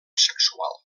sexual